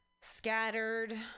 scattered